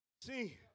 See